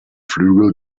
flügel